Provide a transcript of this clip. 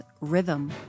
rhythm